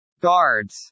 Guards